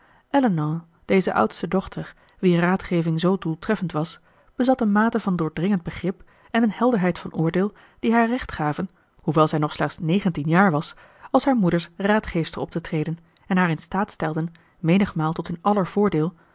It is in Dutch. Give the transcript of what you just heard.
elinor deze oudste dochter wier raadgeving zoo doeltreffend was bezat een mate van doordringend begrip en een helderheid van oordeel die haar recht gaven hoewel zij nog slechts negentien jaar was als haar moeder's raadgeefster op te treden en haar in staat stelden menigmaal tot hun aller voordeel